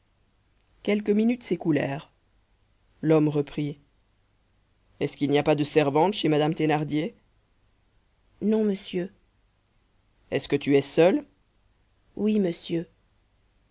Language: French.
quelques minutes s'écoulèrent l'homme reprit est-ce qu'il n'y a pas de servante chez madame thénardier non monsieur est-ce que tu es seule oui monsieur